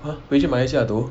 !huh! 回去马来西亚读